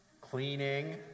cleaning